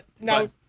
No